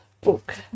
book